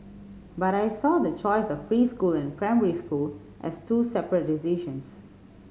but I saw the choice of preschool and primary school as two separate decisions